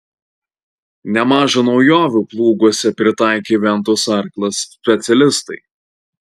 nemaža naujovių plūguose pritaikė ventos arklas specialistai